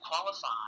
qualify